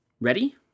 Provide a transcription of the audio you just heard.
ready